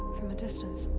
from a distance.